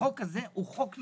החוק הזה הוא חוק נכון.